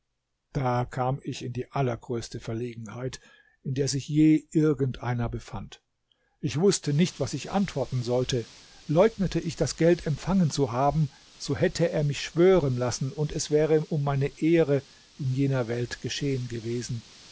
da kam ich in die allergrößte verlegenheit in der sich je irgend einer befand ich wußte nicht was ich antworten sollte leugnete ich das geld empfangen zu haben so hätte er mich schwören lassen und es wäre um meine ehre in jener welt geschehen gewesen